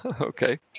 Okay